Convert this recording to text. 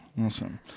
Awesome